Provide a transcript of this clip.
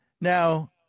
now